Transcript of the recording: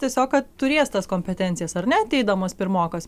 tiesiog kad turės tas kompetencijas ar ne ateidamas pirmokas